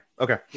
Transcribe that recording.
Okay